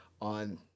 on